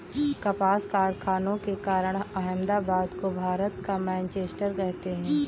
कपास कारखानों के कारण अहमदाबाद को भारत का मैनचेस्टर कहते हैं